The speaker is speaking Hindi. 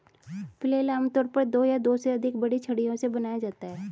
फ्लेल आमतौर पर दो या दो से अधिक बड़ी छड़ियों से बनाया जाता है